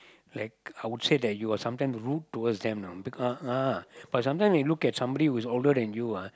like I would say that you are sometimes rude towards them you know ah ah but sometimes you look at somebody who is older than you ah